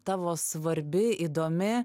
tavo svarbi įdomi